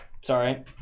Sorry